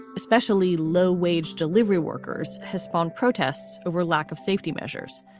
especially low wage delivery workers, has spawned protests over lack of safety measures.